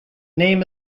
name